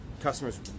customers